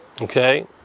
Okay